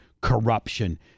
Corruption